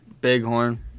Bighorn